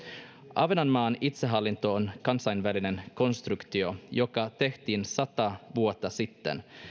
ahvenanmaan itsehallinto on kansainvälinen konstruktio joka tehtiin sata vuotta sitten